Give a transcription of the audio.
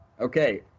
Okay